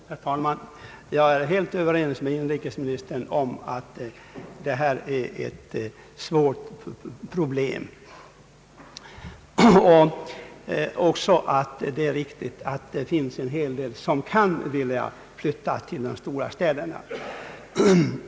Herr talman! Jag är helt överens med inrikesministern om att det här är ett svårt problem och också om att det är riktigt att det finns en hel del människor som vill flytta till de stora städerna.